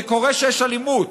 זה קורה שיש אלימות,